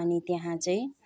अनि त्यहाँ चाहिँ